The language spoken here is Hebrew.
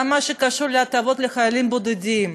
גם במה שקשור להטבות לחיילים בודדים,